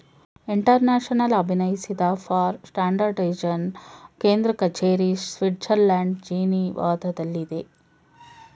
international ಅಭಿನಯಿಸಿದ for standardization ಕೇಂದ್ರ ಕಚೇರಿ ಸ್ವಿಡ್ಜರ್ಲ್ಯಾಂಡ್ ಜಿನೀವಾದಲ್ಲಿದೆ